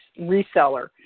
reseller